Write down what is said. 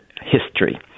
history